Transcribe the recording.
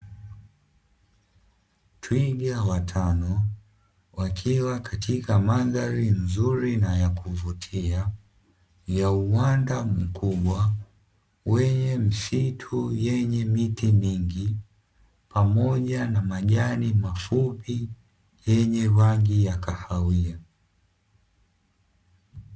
Twiga watano wakiwa katika mandhari nzuri na ya kuvutia ya uwanda mkubwa, wenye msitu wenye miti mingi pamoja na majani mafupi yenye rangi ya kahawia.